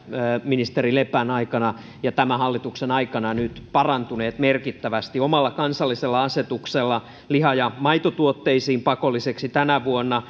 ministeri lepän aikana ja tämän hallituksen aikana nyt parantuneet merkittävästi omalla kansallisella asetuksella liha ja maitotuotteisiin pakolliseksi tänä vuonna